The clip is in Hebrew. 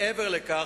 מעבר לכך,